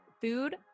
food